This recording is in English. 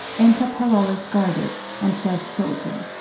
enter parolles guarded, and first soldier